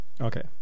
Okay